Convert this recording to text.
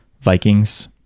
Vikings